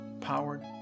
Powered